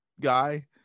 guy